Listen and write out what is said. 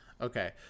Okay